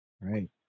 Right